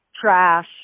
Trash